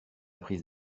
prise